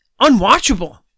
unwatchable